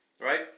right